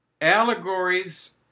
allegories